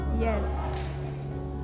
Yes